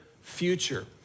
future